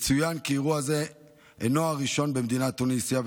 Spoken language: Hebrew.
יצוין כי אירוע זה אינו הראשון במדינת תוניסיה,